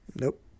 Nope